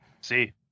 See